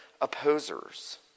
opposers